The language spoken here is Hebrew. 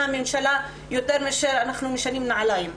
ממשלה יותר מאשר אנחנו מחליפים נעליים.